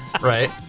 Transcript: Right